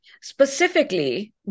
specifically